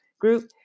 Group